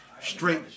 Straight